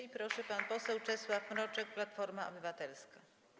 I proszę, pan poseł Czesław Mroczek, Platforma Obywatelska.